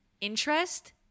interest